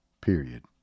period